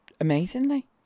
amazingly